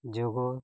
ᱡᱳᱜ